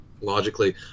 logically